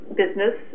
business